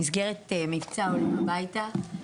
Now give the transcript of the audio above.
במסגרת מבצע ׳עולים הביתה׳,